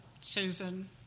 Susan